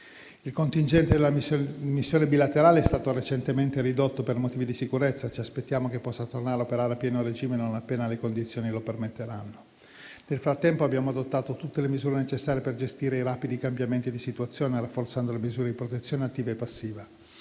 Il contingente della Missione bilaterale è stato recentemente ridotto per motivi di sicurezza; ci aspettiamo che possa tornare a operare a pieno regime non appena le condizioni lo permetteranno. Nel frattempo, abbiamo adottato tutte le misure necessarie per gestire i rapidi cambiamenti di situazione, rafforzando le misure di protezione attiva e passiva.